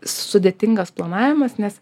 sudėtingas planavimas nes